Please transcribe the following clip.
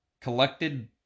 collected